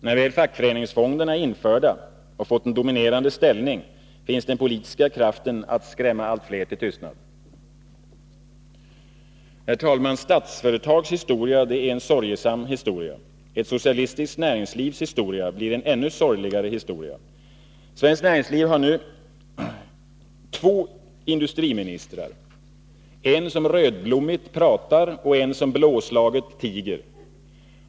När väl fackföreningsfonderna är införda och fått en dominerande ställning, finns den politiska kraften att skrämma allt flera till tystnad. Herr talman! Statsföretags historia är en sorgesam historia. Ett socialistiskt näringslivs historia blir en ännu sorgligare historia. Svenskt näringsliv har nu två industriministrar: en som rödblommigt pratar och en som blåslaget tiger.